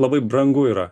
labai brangu yra